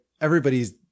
everybody's